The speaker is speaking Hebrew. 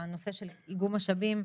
בנושא של איגום משאבים,